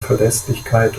verlässlichkeit